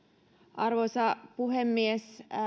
arvoisa puhemies